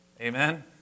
Amen